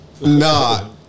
Nah